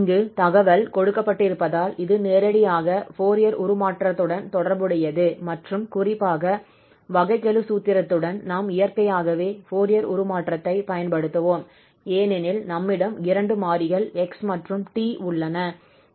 இங்கு தகவல் கொடுக்கப்பட்டிருப்பதால் இது நேரடியாக ஃபோரியர் உருமாற்றத்துடன் தொடர்புடையது மற்றும் குறிப்பாக வகைக்கெழு சூத்திரத்துடன் நாம் இயற்கையாகவே ஃபோரியர் உருமாற்றத்தைப் பயன்படுத்துவோம் ஏனெனில் நம்மிடம் இரண்டு மாறிகள் 𝑥 மற்றும் 𝑡 உள்ளன